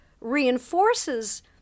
reinforces